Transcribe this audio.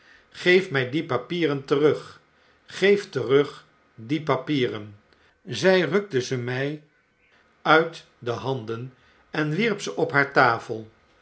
geef my die papieren terug geefterugdie papieren zij rukte ze mq uit de handen en wierp ze op haar tafel